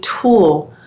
tool